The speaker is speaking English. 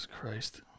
Christ